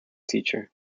teacher